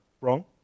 wrong